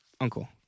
uncle